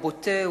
והוא בוטה,